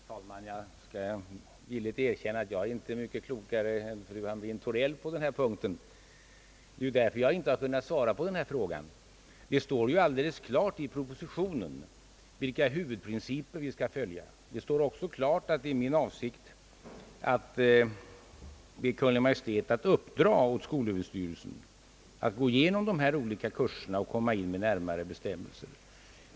Herr talman! Jag skall villigt erkänna att jag inte är mycket klokare än fru Hamrin-Thorell på denna punkt. Det är därför jag inte har kunnat svara på denna fråga. Det står ju alldeles klart i propositionen vilka huvudprinciper vi skall följa. Det står också klart att det är min avsikt att be Kungl. Maj:t att uppdra åt skolöverstyrelsen att gå igenom dessa olika kurser och komma in med närmare bestämmelser.